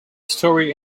story